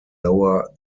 lower